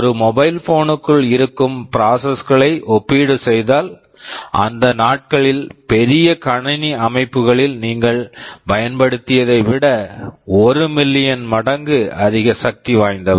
ஒரு மொபைல் ஃபோனுக்குள் இருக்கும் ப்ராசஸஸ் processes களை ஒப்பீடு செய்தால் அந்த நாட்களில் பெரிய கணினி அமைப்புகளில் நீங்கள் பயன்படுத்தியதை விட 1 மில்லியன் million மடங்கு அதிக சக்தி வாய்ந்தவை